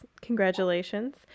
congratulations